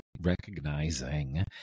recognizing